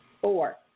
Four